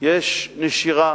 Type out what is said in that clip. יש נשירה,